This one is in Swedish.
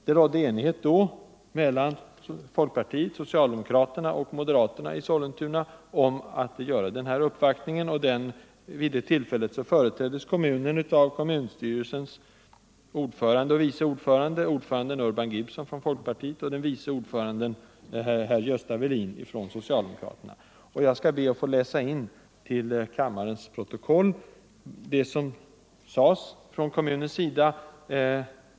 Det rådde enighet då mellan folkpartiet, socialdemokraterna och moderaterna i Sollentuna om att göra den uppvaktningen, och vid det tillfället företräddes kommunen av kommunstyrelsens ordförande Urban Gibson från folkpartiet och vice ordföranden Gösta Welin från socialdemokraterna. Jag skall be att få läsa in till kammarens protokoll en del av vad som sades från kommunens sida.